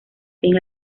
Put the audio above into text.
fin